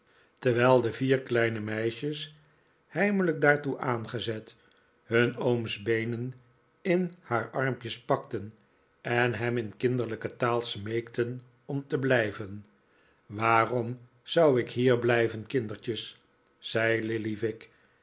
terwijl de vier kleine meisjes heimelijk daartoe aangezet hun ooms beenen in haar armpjes pakten en hem in kinderlijke taal smeekten om te blijven waarom zou ik hier blijven kindertjes zei lillyvick